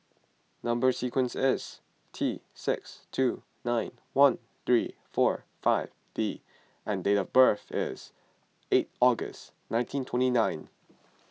Number Sequence is T six two nine one three four five D and date of birth is eight August nineteen twenty nine